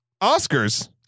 Oscars